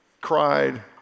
cried